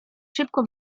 szybko